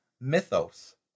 Mythos